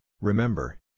Remember